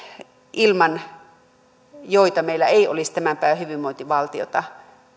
ilman meillä ei olisi tämän päivän hyvinvointivaltiota